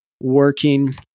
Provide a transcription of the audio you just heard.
working